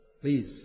Please